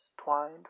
Twined